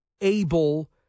able